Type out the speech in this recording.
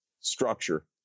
structure